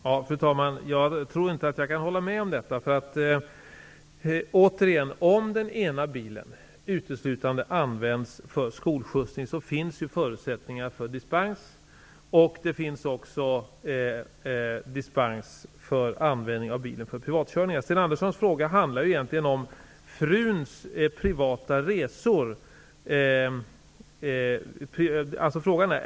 En taxiägare har två taxibilar, en personbil och en s.k. minibuss, med taxameterkassetter i båda, men endast en taxameter. Minibussen används i huvudsak till skolskjutskörning som är kontrakterad och då behövs ingen taxameter. Taxiägaren får en körning där han måste använda minibussen och sätter då in taxametern i denna. Den andra bilen får då inte användas för taxiägarens privata bruk, på grund av att taxameter saknas, trots att förmånsskatt är betald!